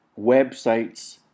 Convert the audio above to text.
websites